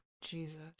Jesus